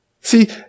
See